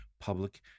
public